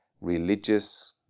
religious